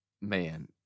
Man